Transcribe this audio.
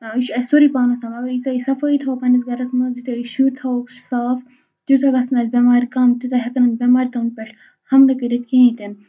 یہِ چھُ اَسہِ سورُے پانَس تامان اگر ییٖژاہ صفٲیی تھاوو پَنٛنِس گَرَس منٛز یوٗتاہ أسۍ شُرۍ تھاوہوکھ صاف تیوٗتاہ گَژھن اَسہِ بٮ۪مارِ کَم تیوٗتاہ ہٮ۪کن یِم بٮ۪مارِ تِمن پٮ۪ٹھ حملہٕ کٔرِتھ کیٚنٛہہ